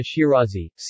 Shirazi